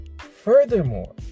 furthermore